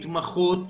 התמחות